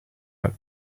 out